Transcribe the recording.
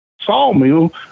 sawmill